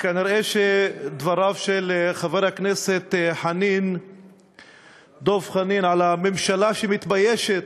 כנראה שדבריו של חבר הכנסת דב חנין על הממשלה שמתביישת,